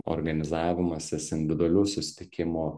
organizavimasis individualių susitikimų